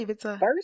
first